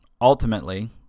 ultimately